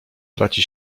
traci